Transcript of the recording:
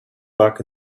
back